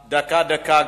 דקה-דקה,